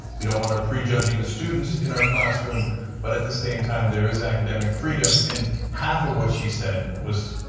we don't want to prejudge the students in the classroom but at the same time, there is academic freedom and half of what she said was,